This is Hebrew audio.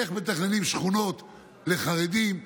איך מתכננים שכונות לחרדים,